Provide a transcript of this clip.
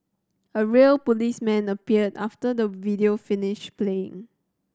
a real policeman appeared after the video finished playing